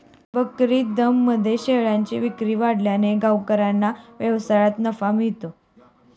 बकरीदमध्ये शेळ्यांची विक्री वाढल्याने गावकऱ्यांना व्यवसायात नफा मिळतो